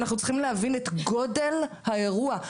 אנחנו צריכים להבין את גודל האירוע.